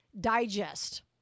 Digest